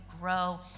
grow